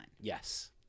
yes